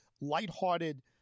lighthearted